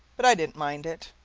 but i didn't mind it.